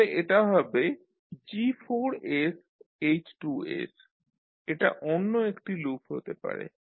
তাহলে এটা হবে G4sH2s এটা অন্য একটি লুপ হতে পারে